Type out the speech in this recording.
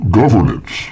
governance